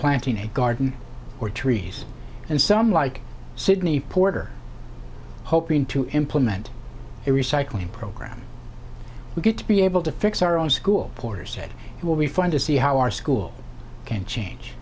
planting a garden or trees and some like sydney porter hoping to implement a recycling program we get to be able to fix our own school porter said it will be fun to see how our school can change